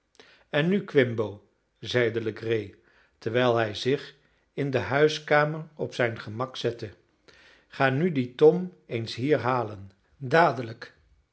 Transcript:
en nu quimbo zeide legree terwijl hij zich in de huiskamer op zijn gemak zette ga nu dien tom eens hier halen dadelijk